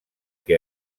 que